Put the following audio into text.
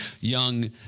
young